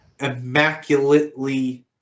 Immaculately